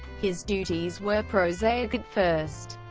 his duties were prosaic at first.